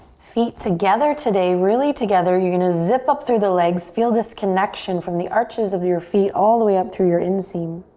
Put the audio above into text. feet together today, really together. you're gonna zip up through the legs, feel this connection from the arches of your feet all the way up through your inseam.